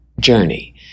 journey